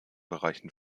bereichen